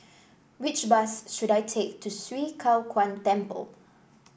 which bus should I take to Swee Kow Kuan Temple